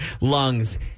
lungs